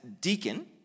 deacon